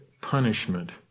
punishment